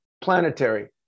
planetary